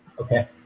Okay